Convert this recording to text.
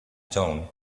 dawn